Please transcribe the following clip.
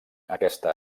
aquesta